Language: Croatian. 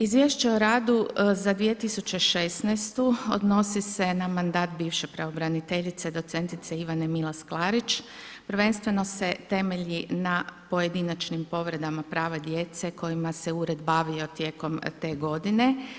Izvješće o radu za 2016. odnosi se na mandat bivše pravobraniteljice, docentice, Ivane Milas Klarić, prvenstveno se temelji na pojedinačnim povredama prava djece, kojima se Ured bavio te godine.